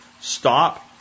stop